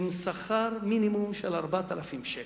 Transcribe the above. עם שכר מינימום של 4,000 שקל?